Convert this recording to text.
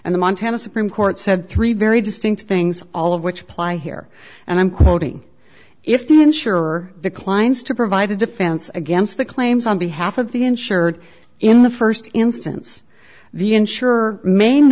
the montana supreme court said three very distinct things all of which ply here and i'm quoting if the insurer declines to provide a defense against the claims on behalf of the insured in the st instance the insurer ma